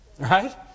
Right